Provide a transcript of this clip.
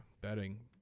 betting